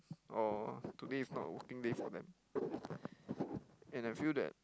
or today is not a working day for them and I feel that